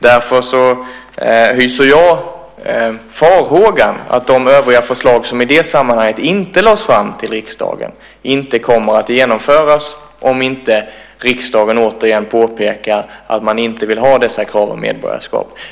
Därför hyser jag farhågor om att de övriga förslag som i det sammanhanget inte lades fram till riksdagen inte kommer att genomföras om inte riksdagen återigen påpekar att man inte vill ha dessa krav på medborgarskap.